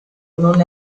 non